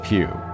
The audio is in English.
Pew